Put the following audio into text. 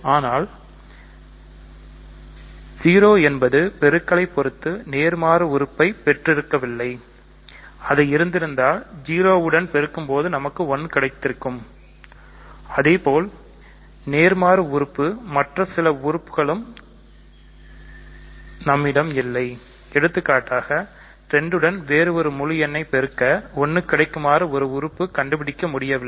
அனால் 0 என்பது பொருக்களை பொறுத்து நேர்மாறு உறுப்பை பெற்றிருக்கவில்லை அது இருந்தால் 0 உடன் பெருக்கும்போது நமக்கு 1 கிடைக்கும் அதேபோல்நேர்மாறு உறுப்பு மற்ற சில உறுப்புகளுக்கும் உங்களிடம் இல்லை எடுத்துக்காட்டாக 2 உடன் வேறு ஒரு முழு எண்ணை பெருக்க 1 கிடைக்குமாறு ஒரு உறுப்பு கண்டுபிடிக்க முடியவில்லை